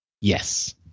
Yes